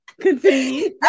Continue